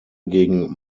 gegen